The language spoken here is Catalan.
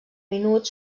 minut